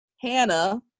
Hannah